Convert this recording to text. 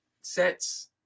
sets